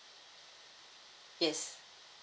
yes